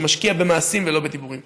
שמשקיע במעשים ולא בדיבורים.